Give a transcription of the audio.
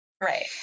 Right